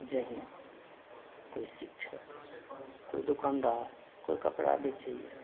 जहिना कोइ शिक्षक कोइ दोकानदार कोइ कपड़ा बेचैए